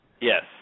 Yes